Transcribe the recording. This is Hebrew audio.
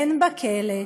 והן בכלא,